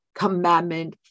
commandment